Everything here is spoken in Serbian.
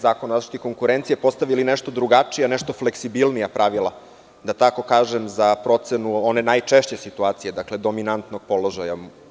Zakona o zaštiti konkurencije i postavili nešto drugačija, nešto fleksibilnija pravila, da tako kažem, za procenu one najčešće situacije dominantnog položaja.